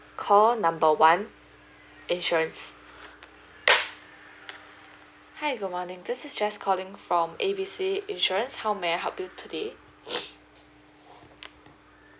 call number one insurance hi good morning this is jess calling from A B C insurance how may I help you today okay